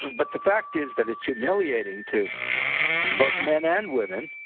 but the fact is that it's humiliating to both men and women,